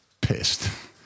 pissed